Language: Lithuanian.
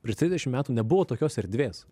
prieš trisdešim metų nebuvo tokios erdvės